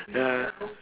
ya